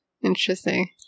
Interesting